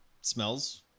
smells